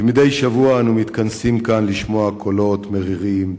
כמדי שבוע אנו מתכנסים כאן לשמוע קולות מרירים,